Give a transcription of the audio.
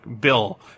bill